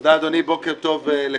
תודה, אדוני, בוקר טוב לכולם.